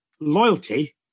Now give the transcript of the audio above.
loyalty